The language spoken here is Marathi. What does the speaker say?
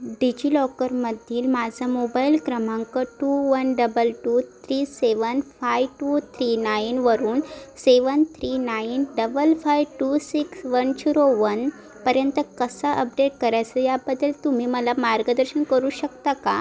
डिजिलॉकरमधील माझा मोबाईल क्रमांक two one double two three seven five two three नाईनवरून seven three nine double five two six one zero वनपर्यंत कसा अपडेट करायचा याबद्दल तुम्ही मला मार्गदर्शन करू शकता का